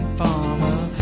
farmer